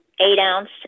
eight-ounce